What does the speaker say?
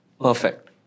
Perfect